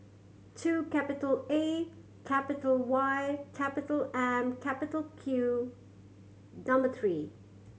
two capital A capital Y capital M capital Q number three